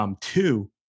Two